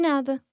Nada